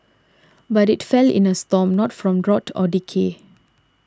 but it fell in a storm not from rot or decay